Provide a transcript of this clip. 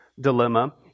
dilemma